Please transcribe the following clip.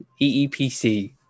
EEPC